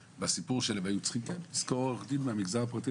הם היו צריכים לשכור עורך דין מהמגזר הפרטי,